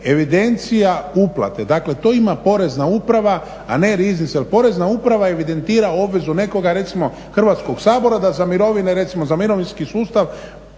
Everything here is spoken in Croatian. evidencija uplate, dakle to ima Porezna uprava a ne riznica, jer Porezna uprava evidentira obvezu nekoga, recimo Hrvatskog sabora da za mirovine recimo za Mirovinski sustav